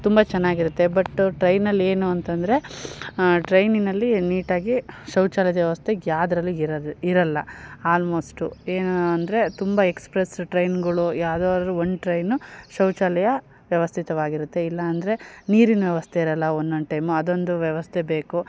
ತುಂಬ ಚೆನ್ನಾಗಿರುತ್ತೆ ಬಟ್ ಟ್ರೈನಲ್ಲಿ ಏನು ಅಂತಂದರೆ ಟ್ರೈನಿನಲ್ಲಿ ನೀಟಾಗಿ ಶೌಚಾಲಯ್ದ ವ್ಯವಸ್ಥೆ ಯಾವ್ದ್ರಲ್ಲೂ ಇರದು ಇರೋಲ್ಲ ಆಲ್ಮೋಸ್ಟು ಏನು ಅಂದರೆ ತುಂಬ ಎಕ್ಸ್ಪ್ರೆಸ್ಸು ಟ್ರೈನ್ಗಳು ಯಾವುದಾದ್ರು ಒಂದು ಟ್ರೈನು ಶೌಚಾಲಯ ವ್ಯವಸ್ಥಿತವಾಗಿರುತ್ತೆ ಇಲ್ಲ ಅಂದರೆ ನೀರಿನ ವ್ಯವಸ್ಥೆ ಇರೋಲ್ಲ ಒಂದೊಂದು ಟೈಮು ಅದೊಂದು ವ್ಯವಸ್ಥೆ ಬೇಕು